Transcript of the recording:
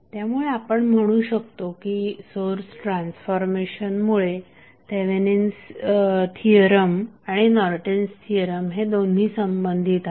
त्यामुळे आपण म्हणू शकतो की सोर्स ट्रान्सफॉर्मेशनमुळे थेवेनिन्स थिअरम आणि नॉर्टन्स थिअरम हे दोन्ही संबंधित आहेत